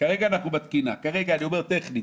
כרגע אנחנו בתקינה, טכנית.